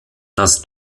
das